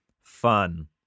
Fun